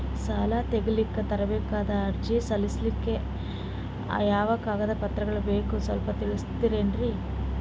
ಸಾಲ ತೆಗಿಲಿಕ್ಕ ತರಬೇಕಾದ ಅರ್ಜಿ ಸಲೀಸ್ ಆಗ್ಲಿಕ್ಕಿ ಯಾವ ಕಾಗದ ಪತ್ರಗಳು ಬೇಕು ಸ್ವಲ್ಪ ತಿಳಿಸತಿರೆನ್ರಿ?